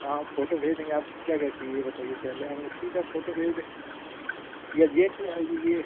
हाँ फ़ोटो भेज देंगे आपको तो क्या क्या चाहिए ये बताइए पहले अँगूठी का फ़ोटो भेज दें या जेन्ट्स ये